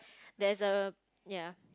there's a ya